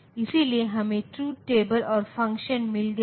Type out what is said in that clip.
इसलिए हमें truth table और फंक्शन मिल गई है